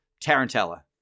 Tarantella